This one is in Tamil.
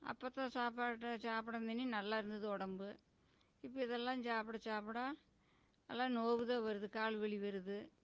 அப்போத்த சாப்பாடை சாப்பிட மினி நல்ல இருந்துது உடம்பு இப்போ இதெல்லாம் சாப்பிட சாப்பிட அல்லாம் நோவுதான் வருது கால் வலி வருது